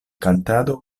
kantado